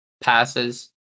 passes